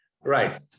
Right